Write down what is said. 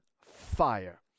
fire